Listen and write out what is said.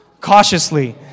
Cautiously